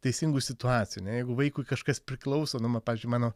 teisingų situacijų ne jeigu vaikui kažkas priklauso nu ma pavyzdžiui mano